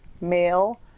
male